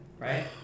right